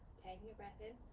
taking a breath in.